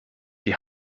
die